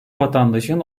vatandaşın